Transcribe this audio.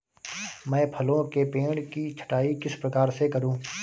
मैं फलों के पेड़ की छटाई किस प्रकार से करूं?